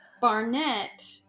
Barnett